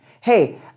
Hey